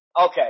Okay